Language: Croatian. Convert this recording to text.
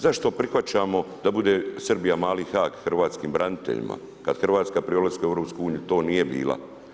Zašto prihvaćamo da bude Srbija mali HAG hrvatskim braniteljima kad Hrvatska pri ulasku u EU to nije bila?